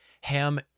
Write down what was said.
Ham